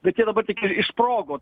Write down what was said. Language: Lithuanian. bet jie dabar tiktai išsprogo